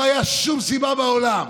לא הייתה שום סיבה בעולם